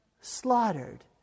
slaughtered